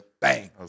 bang